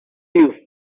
you